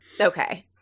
Okay